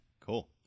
Cool